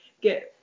get